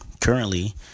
Currently